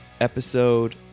Episode